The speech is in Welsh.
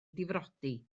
difrodi